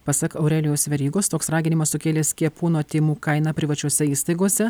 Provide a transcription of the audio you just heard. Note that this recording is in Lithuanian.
pasak aurelijaus verygos toks raginimas sukėlė skiepų nuo tymų kainą privačiose įstaigose